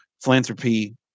philanthropy